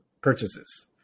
purchases